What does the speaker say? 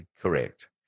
Correct